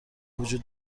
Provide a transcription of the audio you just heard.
وجود